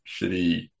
shitty